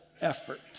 effort